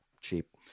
cheap